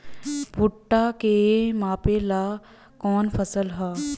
भूट्टा के मापे ला कवन फसल ह?